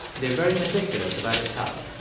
they're very meticulous about his health.